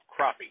crappie